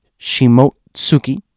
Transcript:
Shimotsuki